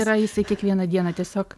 yra jisai kiekvieną dieną tiesiog